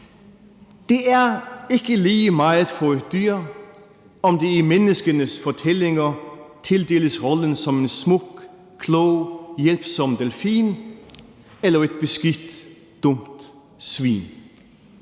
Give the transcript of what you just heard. Det er ikke lige meget for et dyr, om det i menneskenes fortællinger tildeles rollen som en smuk, klog, hjælpsom delfin eller som et beskidt, dumt svin.